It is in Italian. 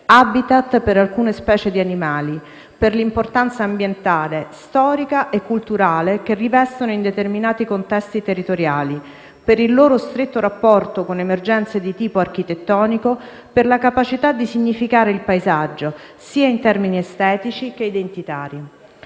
*habitat* per alcune specie di animali), per l'importanza ambientale, storica e culturale che rivestono in determinati contesti territoriali, per il loro stretto rapporto con emergenze di tipo architettonico, per la capacità di significare il paesaggio, sia in termini estetici che identitari.